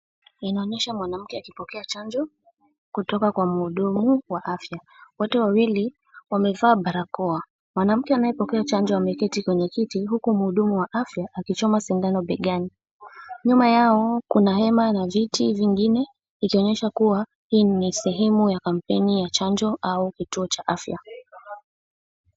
Inaonyesha mwanamke akipokea chanjo kutoka kwa muhudumu wa afya. Wote wawili wamevaa barakoa. Mwanamke anayepokea chanjo ameketi kwenye kiti, huku mhudumu wa afya akichoma sindano begani. Nyuma yako kuna hema na viti vingine, ikionyesha kuwa hii ni sehemu ya kampeni ya chanjo au kituo cha afya.